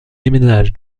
déménage